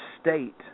state